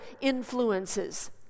influences